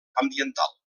ambiental